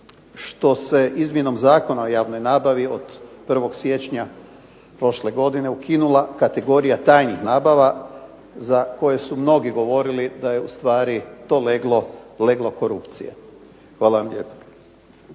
što se izmjenom Zakona o javnoj nabavi od 1. siječnja prošle godine ukinula kategorija tajnih nabava za koje su mnogi govorili da je ustvari to leglo korupcije. Hvala vam lijepa.